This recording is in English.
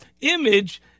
image